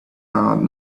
out